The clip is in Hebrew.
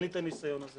אין לי את הניסיון הזה,